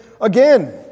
again